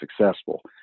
successful